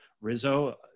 Rizzo